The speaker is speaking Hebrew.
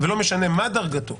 ולא משנה מה דרגתו